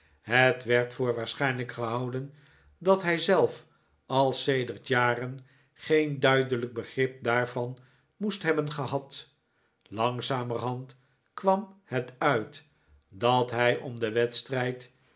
het werd voor waarschijnlijk gehouden dat hij zelf al sedert jaren geen duidelijk begrip daarvan moest hebben gehad langzamerhand kwam het uit dat hij om den wedstrijd